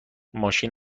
ماشین